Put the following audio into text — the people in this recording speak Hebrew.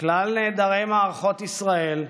כלל נעדרי מערכות ישראל,